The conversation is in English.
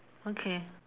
okay